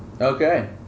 Okay